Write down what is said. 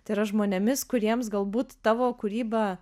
tai yra žmonėmis kuriems galbūt tavo kūryba